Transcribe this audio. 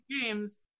Games